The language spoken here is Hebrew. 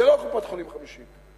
זה לא קופת-חולים חמישית.